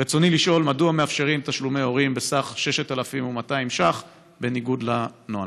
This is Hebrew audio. רצוני לשאול: מדוע מאפשרים תשלומי הורים בסך 6,200 שקל בניגוד לנוהל?